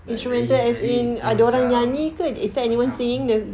like very very dia macam macam